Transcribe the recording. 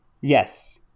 Yes